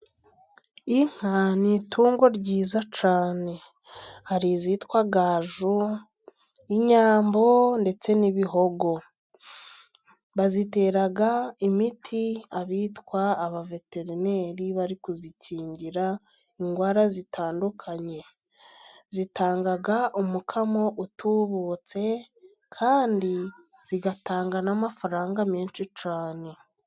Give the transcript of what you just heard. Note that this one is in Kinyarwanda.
Inka ni itungo ryiza cyane. Hari izitwa gaju, inyambo ndetse n'ibihogo. Bazitera imiti, abitwa abaveterineri, bari kuzikingira indwara zitandukanye. Zitanga umukamo utubutse kandi zigatanga n'amafaranga menshi cyane.